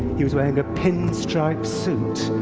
he was wearing a pinstripe suit.